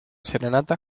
serenata